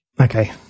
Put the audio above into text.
Okay